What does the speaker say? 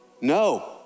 No